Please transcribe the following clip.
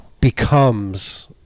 becomes